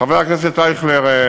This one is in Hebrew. חבר הכנסת אייכלר,